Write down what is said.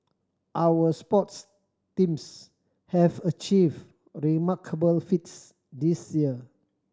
our sports teams have achieved remarkable feats this year